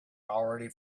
already